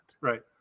Right